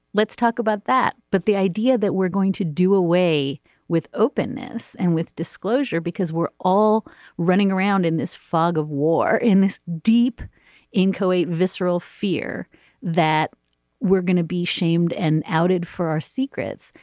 let's talk about that. but the idea that we're going to do away with openness and with disclosure because we're all running around in this fog of war in this deep inchoate visceral fear that we're gonna be shamed and outed for our secrets.